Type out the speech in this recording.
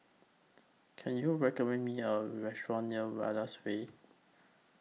Can YOU recommend Me A Restaurant near Wallace Way